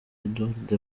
edouard